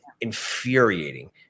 infuriating